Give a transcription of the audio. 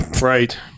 right